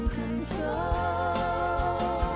control